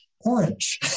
orange